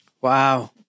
Wow